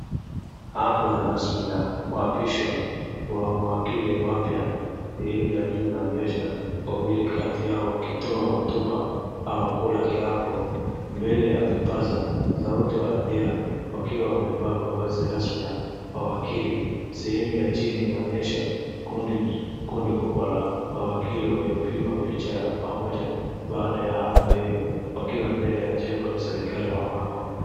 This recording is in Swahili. Hafla rasmi ya kuapishwa kwa mawakili wapya. Sehemu ya juu inaonyesha wawili kati yao wakitoa hotuba au kula kiapo mbele ya vipaza sauti wa hadhira wakiwa wamevaa mavazi rasmi ya wawakilishi. Sehemu ya chini inaonyesha kundi kubwa la wakilii waliopigwa picha pamoja baada ya hafla hiyo wakiwa mbele ya jengo la serikali au mahakama.